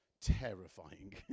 terrifying